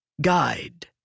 Guide